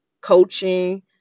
coaching